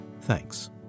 Thanks